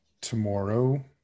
tomorrow